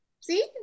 see